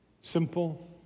Simple